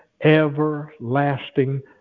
everlasting